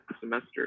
semester